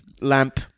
lamp